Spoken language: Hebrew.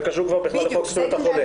זה קשור כבר בכלל לחוק זכויות החולה?